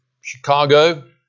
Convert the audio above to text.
Chicago